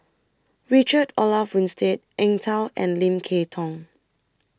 Richard Olaf Winstedt Eng Tow and Lim Kay Tong